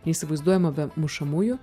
neįsivaizduojama be mušamųjų